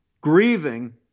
grieving